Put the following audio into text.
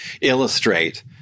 illustrate